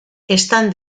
están